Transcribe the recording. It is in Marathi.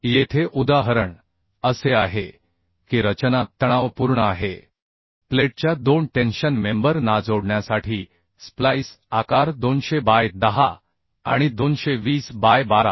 येथे उदाहरण असे आहे की रचना तणावपूर्ण आहे प्लेटच्या 2 टेन्शन मेंबर ना जोडण्यासाठी स्प्लाइस आकार 200 बाय 10 आणि 220 बाय 12